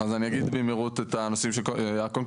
אז נאי אגיד במהירות את הנושאים הקונקרטיים,